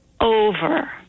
over